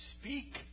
Speak